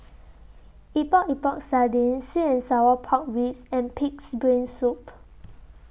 Epok Epok Sardin Sweet and Sour Pork Ribs and Pig'S Brain Soup